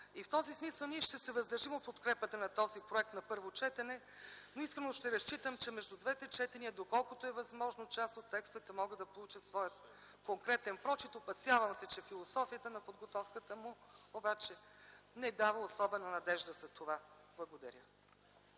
В този смисъл ние ще се въздържим от подкрепата на този проект на първо четене, но искрено ще разчитам, че между двете четения, доколкото е възможно, част от текстовете могат да получат своя конкретен прочит. Опасявам се, че философията на подготовката му обаче не дава особена надежда за това. Благодаря.